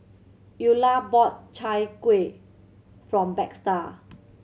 Eulah bought Chai Kuih from Baxter